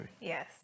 Yes